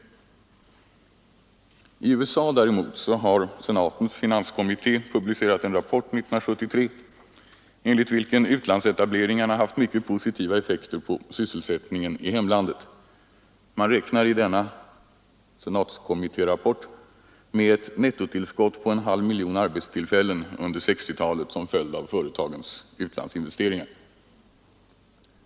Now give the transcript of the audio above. I USA däremot har senatens finanskommitté publicerat en rapport år 1973, enligt vilken utlandsetableringarna haft mycket positiva effekter på sysselsättningen i hemlandet. Man räknar i denna rapport med ett nettotillskott på en halv miljon arbetstillfällen under 1960-talet som följd av företagens utlandsinvesteringar.